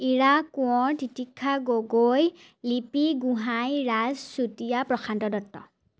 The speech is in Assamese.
ইৰা কোঁৱৰ তিতিক্ষা গগৈ লিপি গোহাঁই ৰাজ চুতীয়া প্ৰশান্ত দত্ত